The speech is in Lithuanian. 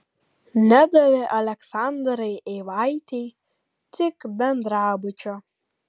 nedavė aleksandrai eivaitei tik bendrabučio